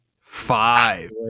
Five